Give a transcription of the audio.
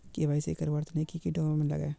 KYC करवार तने की की डॉक्यूमेंट लागे?